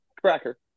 cracker